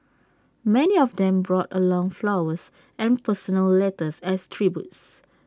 many of them brought along flowers and personal letters as tributes